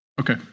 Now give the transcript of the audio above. Okay